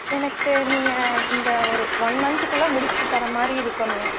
எனக்கு நீங்கள் இந்த ஒரு ஒன் மந்த் குள்ளே முடித்து தர்ற மாதிரி இருக்கணும்